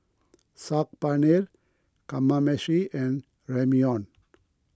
Saag Paneer Kamameshi and Ramyeon